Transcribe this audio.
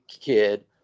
kid